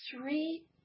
Three